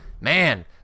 man